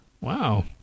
Wow